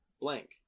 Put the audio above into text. blank